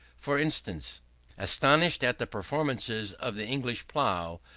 for instance astonished at the performances of the english plow,